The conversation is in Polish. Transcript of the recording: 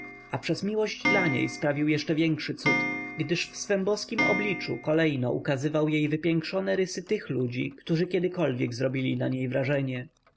a przez miłość dla niej sprawił jeszcze większy cud gdyż w swem boskiem obliczu kolejno ukazywał jej wypiększone rysy tych ludzi którzy kiedykolwiek zrobili na niej wrażenie